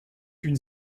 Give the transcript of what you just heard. une